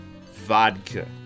Vodka